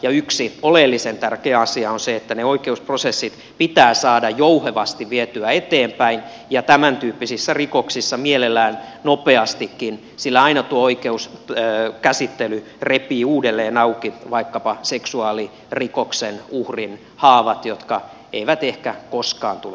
yksi oleellisen tärkeä asia on se että ne oikeusprosessit pitää saada jouhevasti vietyä eteenpäin ja tämäntyyppisissä rikoksissa mielellään nopeastikin sillä aina tuo oikeuskäsittely repii uudelleen auki vaikkapa seksuaalirikoksen uhrin haavat jotka eivät ehkä koskaan tule paranemaan